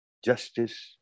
justice